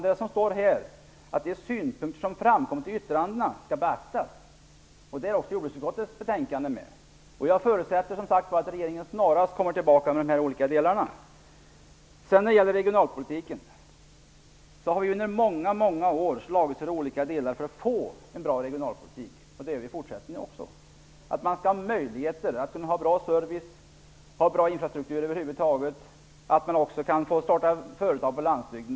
Vi skriver att "de synpunkter som framkommit i yttrandena skall beaktas", och detta gäller även jordbruksutskottets yttrande. Jag förutsätter som sagt att regeringen snarast kommer tillbaka till riksdagen med de här olika förslagen. Vi har under många många år slagits för att få en bra regionalpolitik, och det kommer vi att göra också i fortsättningen. Det skall finnas möjligheter till bra service och infrastruktur över huvud taget, och det skall vara möjligt att starta företag på landsbygden.